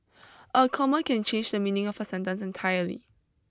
a comma can change the meaning of a sentence entirely